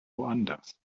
woanders